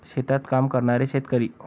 शेतात काम करणारे शेतकरी